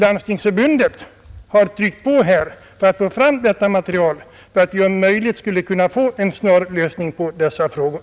Landstingsförbundet har tryckt på för att få fram det materialet för att om möjligt nå fram till en snar lösning på dessa frågor.